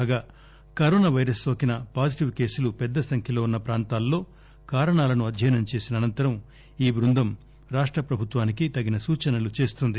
కాగా corona virus నోకిన positive కేసులు పెద్ద సంఖ్యలో ఉన్స ప్రాంతాలలో కారణాలను అధ్యయనం చేసిన అనంతరం ఈ బృందం రాష్ట ప్రభుత్వానికి తగిన సూచనలు చేస్తుంది